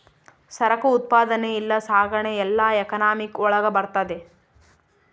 ಸರಕು ಉತ್ಪಾದನೆ ಇಲ್ಲ ಸಾಗಣೆ ಎಲ್ಲ ಎಕನಾಮಿಕ್ ಒಳಗ ಬರ್ತದೆ